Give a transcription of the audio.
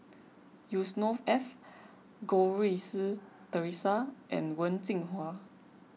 Yusnor Ef Goh Rui Si theresa and Wen Jinhua